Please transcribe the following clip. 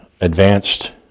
advanced